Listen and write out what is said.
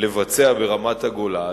לבצע ברמת-הגולן,